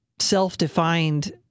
self-defined